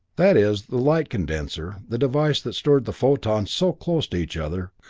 that is, the light condenser, the device that stored the photons so close to each other,